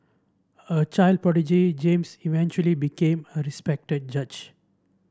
a child prodigy James eventually became a respected judge